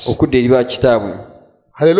Hallelujah